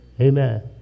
Amen